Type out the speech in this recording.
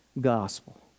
gospel